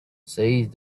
said